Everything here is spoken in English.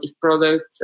product